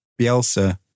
Bielsa